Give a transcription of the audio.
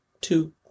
two